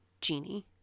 genie